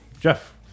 Jeff